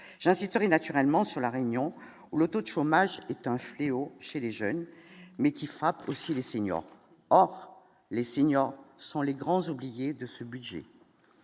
j'assisterai naturellement sur la Réunion où le taux d'chômage est un fléau chez les jeunes mais qui frappe aussi les seniors, or les seniors sont les grands oubliés de ce budget,